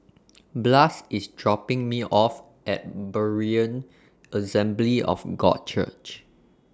Blas IS dropping Me off At Berean Assembly of God Church